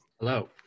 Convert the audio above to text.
Hello